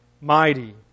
Mighty